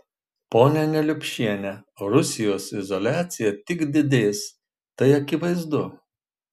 ponia neliupšiene rusijos izoliacija tik didės tai akivaizdu